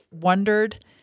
wondered